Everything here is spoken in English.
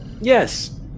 Yes